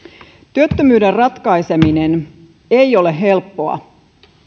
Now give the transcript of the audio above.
työttömyyden ratkaiseminen ei ole helppoa